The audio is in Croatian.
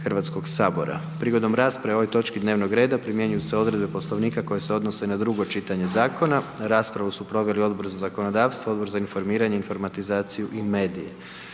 Hrvatskog sabora. Prigodom rasprave o ovoj točki dnevnog reda primjenjuju se odredbe Poslovnika koje se odnose na prvo čitanje zakona. Raspravu su proveli Odbor za zakonodavstvo, Odbor za pomorstvo, promet i